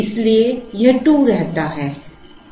इसलिए यह 2 रहता है